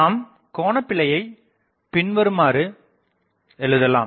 நாம் கோணபிழையைப் பின்வருமாறு எழுதலாம்